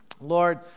Lord